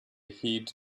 heed